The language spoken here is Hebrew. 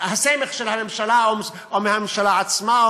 הסמך של הממשלה או מהממשלה עצמה או